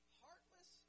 heartless